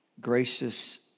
Gracious